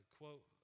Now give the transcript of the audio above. quote